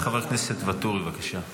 חבר כנסת ואטורי, בבקשה.